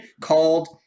called